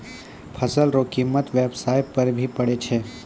फसल रो कीमत व्याबसाय पर भी पड़ै छै